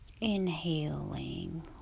inhaling